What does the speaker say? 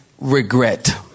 Regret